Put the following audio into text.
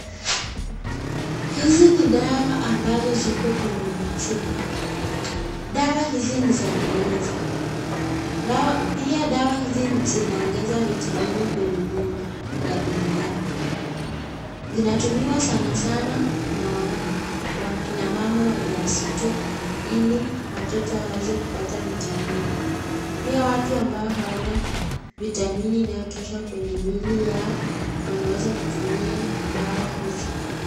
Hizi ni dawa ambazo ziko kwenye machupa, dawa hizi ni za kumeza. Pia dawa hizi zinaongeza vitamini kwenye miili ya binadamu. Zinatumiwa sana sana na kina mama wajawazito ili watoto wao kupata vitamini. Pia watu ambao hawana vitamini inayotosha kwenye miili yao wanawaza kutumia dawa hizi.